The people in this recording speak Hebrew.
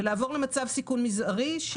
ולעבור למצב סיכון מזערי.